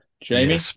Jamie